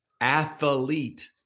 athlete